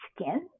skin